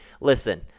Listen